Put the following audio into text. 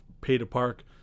pay-to-park